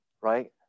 right